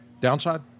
downside